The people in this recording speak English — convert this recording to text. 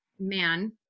man